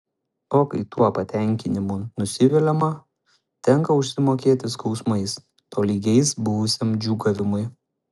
o kai tuo patenkinimu nusiviliama tenką užsimokėti skausmais tolygiais buvusiam džiūgavimui